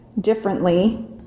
differently